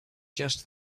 just